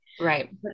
Right